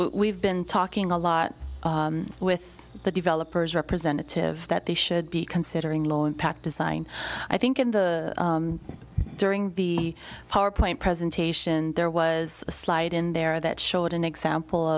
we've been talking a lot with the developers representative that they should be considering low impact design i think in the during the powerpoint presentation there was a slide in there that showed an example